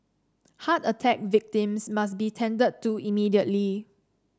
heart attack victims must be tended to immediately